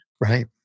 Right